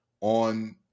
on